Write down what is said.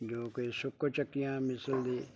ਜੋ ਕਿ ਸ਼ੁਕਰ ਚੱਕੀਆ ਮਿਸਲ ਦੇ